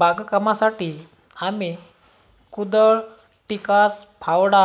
बागकामासाठी आम्ही कुदळ टिकास फावडा